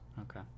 Okay